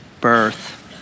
birth